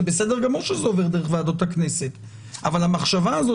זה בסדר גמור שזה עובר דרך ועדות הכנסת אבל המחשבה הזאת